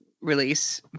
release